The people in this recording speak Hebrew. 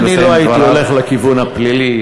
אני לא הייתי הולך לכיוון הפלילי,